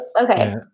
Okay